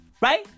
right